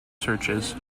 searches